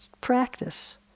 Practice